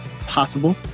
possible